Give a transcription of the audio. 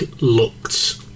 looked